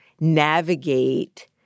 navigate